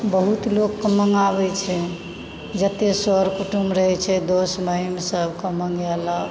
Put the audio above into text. बहुत लोककेँ मंगाबै छै जते सर कुटुम्ब रहै छै दोस्त महीम सबके मङ्गेलक